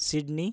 Sydney